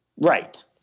Right